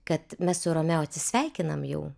kad mes su rameo atsisveikinam jau